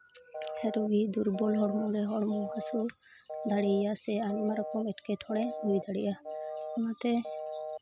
ᱨᱳᱜᱤ ᱫᱩᱨᱵᱚᱞ ᱦᱚᱲᱢᱚ ᱨᱮ ᱦᱚᱲᱢᱚ ᱦᱟᱹᱥᱩ ᱫᱟᱲᱮᱭᱟᱭᱟ ᱥᱮ ᱟᱭᱢᱟ ᱨᱚᱠᱚᱢ ᱮᱴᱠᱮᱴᱚᱬᱮ ᱦᱩᱭ ᱫᱟᱲᱮᱭᱟᱜᱼᱟ ᱚᱱᱟᱛᱮ